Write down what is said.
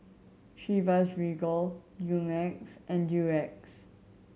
Chivas Regal Dumex and Durex